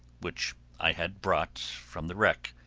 which i had brought from the wreck,